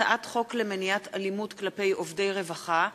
הצעת חוק למניעת אלימות כלפי עובדי רווחה,